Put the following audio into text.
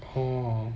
oh